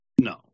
no